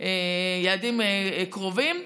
קצרות ואלה יעדים קרובים.